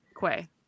Quay